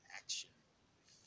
action